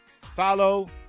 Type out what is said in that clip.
follow